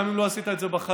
גם אם לא עשית את זה בחיים,